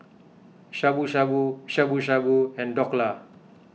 Shabu Shabu Shabu Shabu and Dhokla